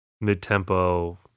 mid-tempo